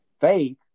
Faith